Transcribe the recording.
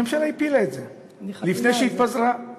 הממשלה הפילה את זה, אני, לפני שהיא התפזרה.